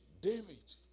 David